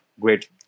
great